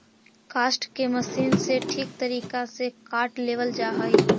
काष्ठ के मशीन से ठीक तरीका से काट लेवल जा हई